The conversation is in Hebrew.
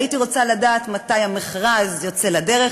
הייתי רוצה לדעת מתי המכרז יוצא לדרך.